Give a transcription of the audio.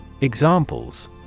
Examples